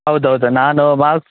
ಹೌದೌದು ನಾನು ಮಾರ್ಕ್ಸ್